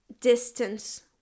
distance